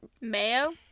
Mayo